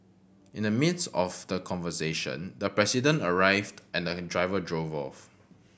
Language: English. in the midst of the conversation the president arrived and the driver drove off